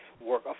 work